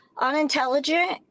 unintelligent